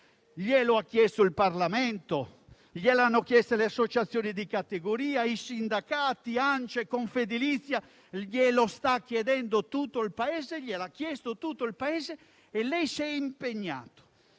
Glielo ha chiesto il Parlamento, glielo hanno chiesto le associazioni di categoria, i sindacati, ANCE, Confedilizia, gliel'ha chiesto e glielo sta chiedendo tutto il Paese e lei si è impegnato